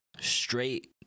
straight